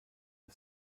der